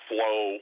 Flow